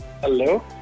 Hello